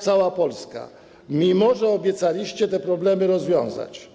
cała Polska, mimo że obiecaliście te problemy rozwiązać.